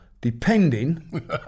depending